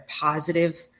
positive